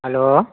hello